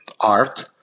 art